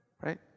right